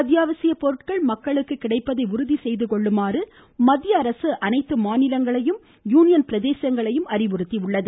அத்யாவசிய பொருட்கள் மக்களுக்கு கிடைப்பதை உறுதி செய்து கொள்ளுமாறு மத்திய அரசு அனைத்து மாநிலங்கள் மற்றும் யூனியன் பிரதேசங்களுக்கு அறிவுறுத்தியுள்ளது